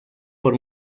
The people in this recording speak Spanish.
por